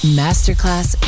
masterclass